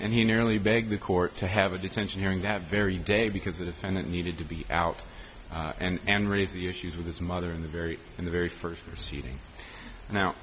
and he nearly begged the court to have a detention hearing that very day because the defendant needed to be out and and raise the issues with his mother in the very in the very first proceeding now